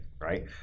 right